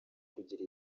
kugira